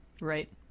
right